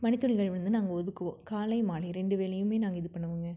மணித்துளிகள் வந்து நாங்கள் ஒதுக்குவோம் காலை மாலை ரெண்டு வேளையுமே நாங்கள் இது பண்ணுவோங்க